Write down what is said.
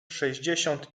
sześćdziesiąt